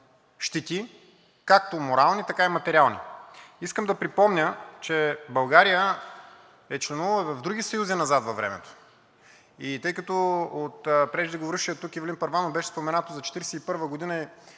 както морални, така и материални. Искам да припомня, че България е членувала и в други съюзи назад във времето. Тъй като от преждеговорившия тук Ивелин Първанов беше споменато за 41-ва година